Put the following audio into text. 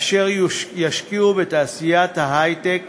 אשר ישפיעו בתעשיית ההיי-טק